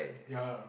ya